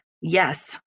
Yes